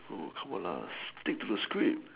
oh come on lah stick to the script